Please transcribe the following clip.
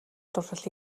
дурлал